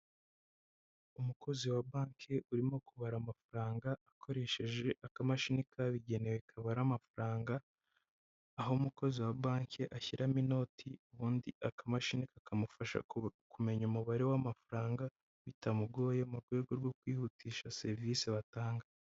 Umukozi wa banke urimo kubara amafaranga akoresheje akamashini kabugenewe kabara amafaranga, aho umukozi wa banke ashyiramo inoti ubundi akamashini kakamufasha kumenya umubare w'amafaranga bitamugoye mu rwego rwo kwihutisha serivise batanga.